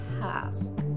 task